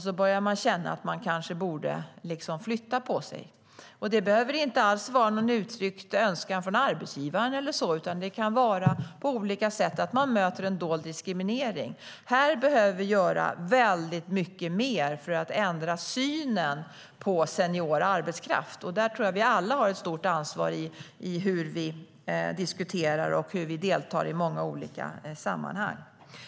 Så börjar man känna att man kanske borde flytta på sig. Detta behöver inte alls vara någon uttryckt önskan från arbetsgivaren, utan det kan vara en dold diskriminering som man möter på olika sätt. Här behöver vi göra väldigt mycket mer för att ändra synen på senior arbetskraft, och där tror jag att vi alla har ett stort ansvar i hur vi diskuterar och deltar i många olika sammanhang.